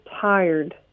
tired